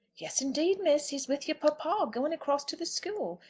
yes, indeed, miss! he's with your papa, going across to the school.